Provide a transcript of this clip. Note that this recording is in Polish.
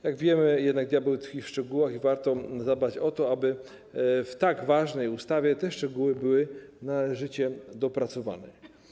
Jak wiemy, jednak diabeł tkwi w szczegółach i warto zadbać o to, aby w tak ważnej ustawie te szczegóły były należycie dopracowane.